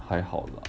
还好啦